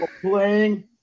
Playing